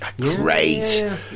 great